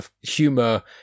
humour